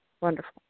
Wonderful